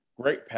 Great